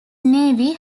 navy